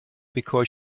because